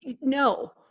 No